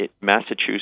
Massachusetts